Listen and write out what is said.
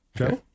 Okay